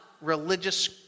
religious